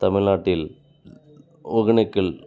தமிழ்நாட்டில் ஒகேனக்கல்